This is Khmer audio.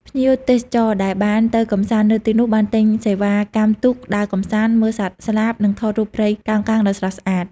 ភ្ញៀវទេសចរដែលបានទៅកម្សាន្តនៅទីនោះបានទិញសេវាកម្មទូកដើរកម្សាន្ត មើលសត្វស្លាប និងថតរូបព្រៃកោងកាងដ៏ស្រស់ស្អាត។